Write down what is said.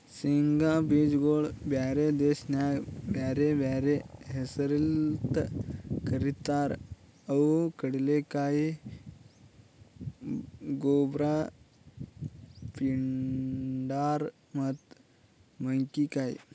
ಶೇಂಗಾ ಬೀಜಗೊಳ್ ಬ್ಯಾರೆ ದೇಶದಾಗ್ ಬ್ಯಾರೆ ಬ್ಯಾರೆ ಹೆಸರ್ಲಿಂತ್ ಕರಿತಾರ್ ಅವು ಕಡಲೆಕಾಯಿ, ಗೊಬ್ರ, ಪಿಂಡಾರ್ ಮತ್ತ ಮಂಕಿಕಾಯಿ